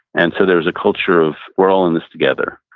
and so there was a culture of, we're all in this together.